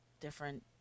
different